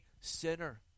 sinner